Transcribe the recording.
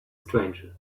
stranger